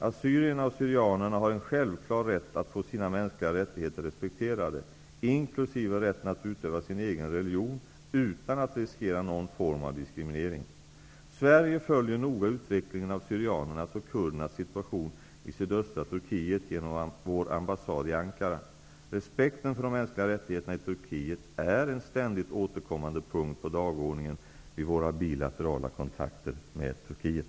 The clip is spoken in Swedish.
Assyrierna och syrianerna har en självklar rätt att få sin mänskliga rättigheter respekterade, inkl. rätten att utöva sin egen religion utan att riskera någon form av diskriminering. Sverige följer noga utvecklingen av syrianernas och kurdernas situation i sydöstra Turkiet genom vår ambassad i Ankara. Respekten för de mänskliga rättigheterna i Turkiet är en ständigt återkommande punkt på dagordningen vid våra bilaterala kontakter med Turkiet.